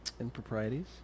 improprieties